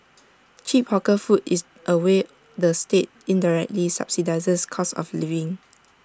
cheap hawker food is A way the state indirectly subsidises cost of living